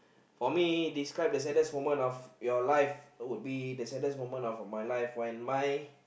for me describe the saddest moment of your life would be the saddest moment of my life when my